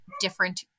different